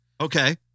Okay